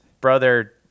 brother